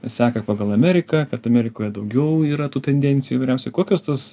seka pagal ameriką kad amerikoje daugiau yra tų tendencijų įvairiausių kokios tos